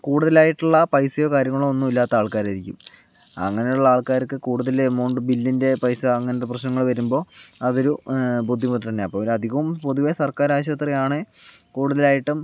കൂടുതലായിട്ടുള്ള പൈസയോ കാര്യങ്ങളോ ഒന്നും ഇല്ലാത്ത ആൾക്കാരായിരിക്കും അങ്ങനെയുള്ള ആൾക്കാർക്ക് കൂടുതൽ എമൗണ്ട് ബില്ലിൻ്റെ പൈസ അങ്ങനത്തെ പ്രശ്നങ്ങള് വരുമ്പോൾ അതൊരു ബുദ്ധിമുട്ടുതന്നെ അപ്പോൾ അവർ അധികവും പൊതുവേ സർക്കാർ ആശുപത്രിയാണ് കൂടുതലായിട്ടും